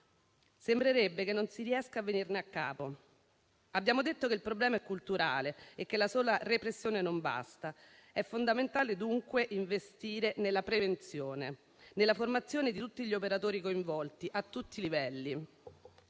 Sembrerebbe che non si riesca a venirne a capo. Abbiamo detto che il problema è culturale e che la sola repressione non basta. È fondamentale dunque investire nella prevenzione e nella formazione di tutti gli operatori coinvolti, a tutti i livelli.